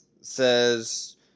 says